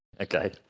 Okay